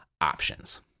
options